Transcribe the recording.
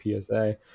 PSA